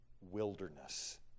wilderness